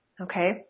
Okay